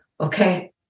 okay